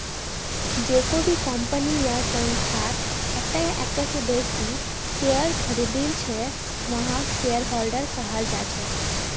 जेको भी कम्पनी या संस्थार एकता या एकता स बेसी शेयर खरीदिल छ वहाक शेयरहोल्डर कहाल जा छेक